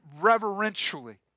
reverentially